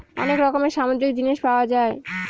অনেক রকমের সামুদ্রিক জিনিস পাওয়া যায়